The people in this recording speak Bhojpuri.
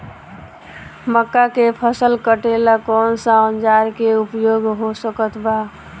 मक्का के फसल कटेला कौन सा औजार के उपयोग हो सकत बा?